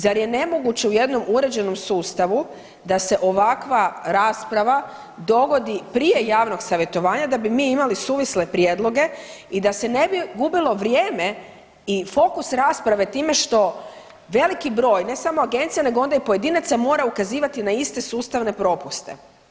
Zar je nemoguće u jednom uređenom sustavu da se ovakva rasprava dogodi prije javnog savjetovanja da bi mi imali suvisle prijedloge i da se ne bi gubilo vrijeme i fokus rasprave time što veliki broj ne samo agencija nego onda i pojedinaca mora ukazivati na iste sustavne propuste.